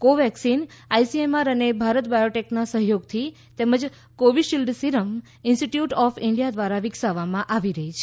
Covaxin ICMR અને ભારત બાયોટેકના સહયોગથી તેમજ Covishield serum institute of India દ્વારા વિકસાવવામાં આવી રહી છે